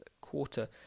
quarter